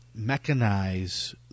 mechanize